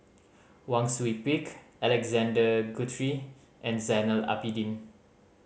Wang Sui Pick Alexander Guthrie and Zainal Abidin